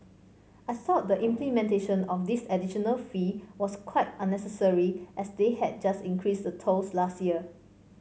I thought the implementation of this additional fee was quite unnecessary as they had just increased the tolls last year